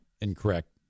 incorrect